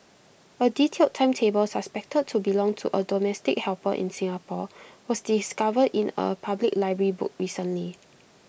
A detailed timetable suspected to belong to A domestic helper in Singapore was discovered in A public library book recently